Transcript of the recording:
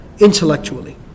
intellectually